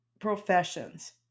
professions